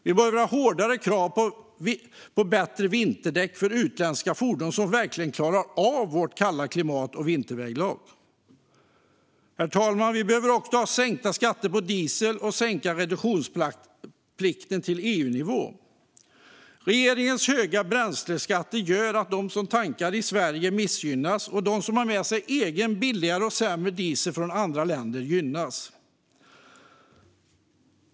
Vi behöver ha hårdare krav på bättre vinterdäck för utländska fordon så att de verkligen klarar av vårt kalla klimat och vinterväglag. Herr talman! Vi behöver också sänka skatten på diesel och sänka reduktionsplikten till EU-nivå. Regeringens höga bränsleskatter gör att de som tankar i Sverige missgynnas och de som har med sig egen billigare diesel från andra länder gynnas.